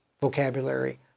vocabulary